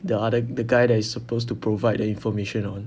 the other the guy that is supposed to provide the information on